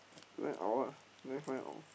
tonight out ah night find out